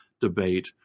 debate